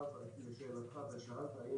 לשאלתך האם